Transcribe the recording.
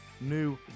new